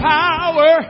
power